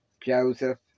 Joseph